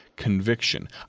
Conviction